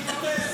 אז תתפטר,